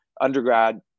undergrad